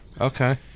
Okay